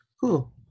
Cool